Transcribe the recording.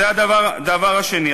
זה הדבר השני.